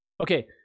Okay